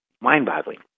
mind-boggling